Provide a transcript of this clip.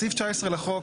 בסעיף 19 לחוק,